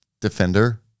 defender